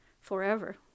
forever